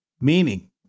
meaning